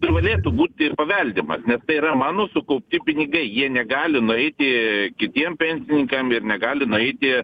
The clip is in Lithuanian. privalėtų būti ir paveldimas nes tai yra mano sukaupti pinigai jie negali nueiti kitiem pensininkam ir negali nueiti